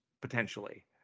potentially